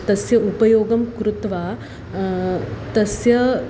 तस्य उपयोगं कृत्वा तस्य